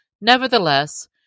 Nevertheless